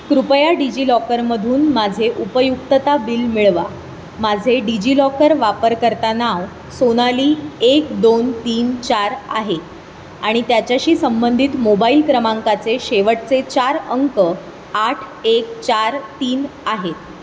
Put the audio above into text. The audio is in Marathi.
कृपया डिजि लॉकरमधून माझे उपयुक्तता बिल मिळवा माझे डिजि लॉकर वापरकर्ता नाव सोनाली एक दोन तीन चार आहे आणि त्याच्याशी संबंधित मोबाईल क्रमांकाचे शेवटचे चार अंक आठ एक चार तीन आहेत